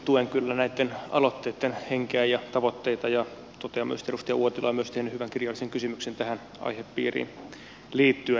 tuen kyllä näitten aloitteitten henkeä ja tavoitteita ja totean että myös edustaja uotila on tehnyt hyvän kirjallisen kysymyksen tähän aihepiiriin liittyen